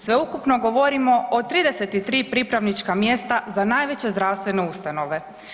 Sveukupno govorimo o 33 pripravnička mjesta za najveće zdravstvene ustanove.